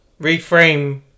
reframe